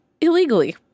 illegally